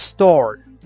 store